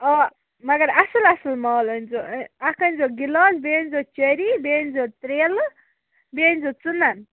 آ مگر اصٕل اصٕل مال أنۍ زٮیٚو اکھ أنۍ زٮیٚو گِلاس بیٚیہِ أنۍ زٮیٚو چیٚری بیٚیہِ أنۍ زٮیٚو تریلہٕ بیٚیہِ أنۍ زٮیٚو ژٕنَن